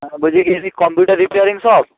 হ্যাঁ বলছি কি এটি কম্পিউটার রিপেয়ারিং শপ